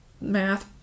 math